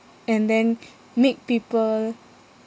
and then make people